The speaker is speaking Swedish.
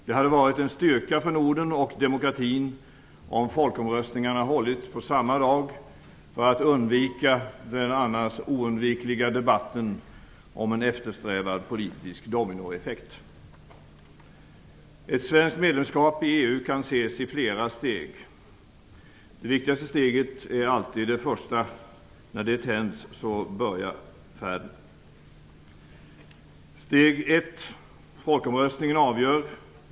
Det hade varit en styrka för Norden och demokratin om folkomröstningarna hållits på samma dag - för att undvika den annars oundvikliga debatten om en eftersträvad politisk "dominoeffekt". Ett svenskt medlemskap i EU kan ses i flera steg. Det viktigaste steget i en raket är alltid det första - när det tänds börjar färden. Steg ett: Folkomröstningen avgör.